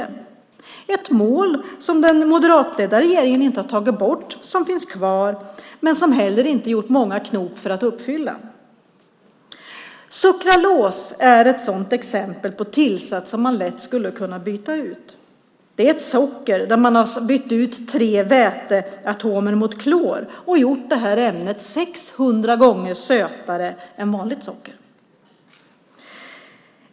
Det är ett mål som den moderatledda regeringen inte har tagit bort och som finns kvar men som regeringen inte gjort många knop för att uppfylla. Sukralos är ett exempel på tillsatser som man lätt skulle kunna byta ut. Det är ett socker där man har bytt ut tre syre och vätegrupper mot klor och gjort ämnet 600 gånger sötare än vanligt socker.